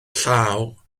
llaw